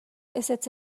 ezetz